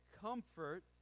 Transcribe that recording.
comfort